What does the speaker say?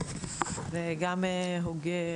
וגם הוגה